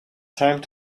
time